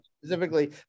specifically